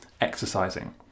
exercising